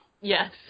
Yes